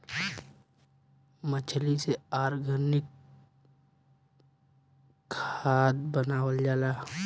मछली से ऑर्गनिक खाद्य बनावल जाला